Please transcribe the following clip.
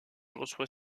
reçoit